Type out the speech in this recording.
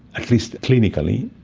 at least clinically,